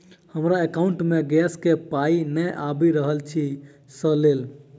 हमरा एकाउंट मे गैस केँ पाई नै आबि रहल छी सँ लेल?